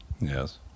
Yes